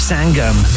Sangam